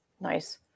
Nice